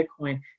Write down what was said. Bitcoin